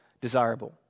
desirable